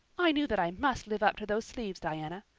i knew that i must live up to those sleeves, diana.